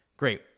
Great